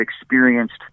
experienced